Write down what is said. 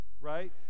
right